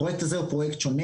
הפרויקט הזה הוא פרויקט שונה,